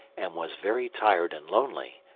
and was very tired and lonely,